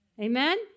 Amen